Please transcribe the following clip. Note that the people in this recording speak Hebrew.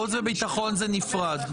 חוץ וביטחון זה נפרד.